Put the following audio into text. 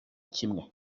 kimwe